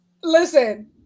listen